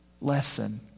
lesson